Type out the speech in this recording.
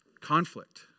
conflict